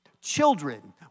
children